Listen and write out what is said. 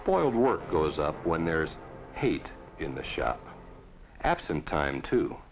spoiled work goes up when there's hate in the shop absent time to